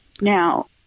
Now